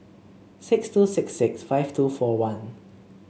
six two six six five two four one